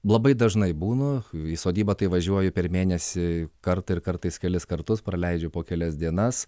labai dažnai būnu į sodybą tai važiuoju per mėnesį kartą ir kartais kelis kartus praleidžiu po kelias dienas